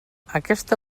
aquesta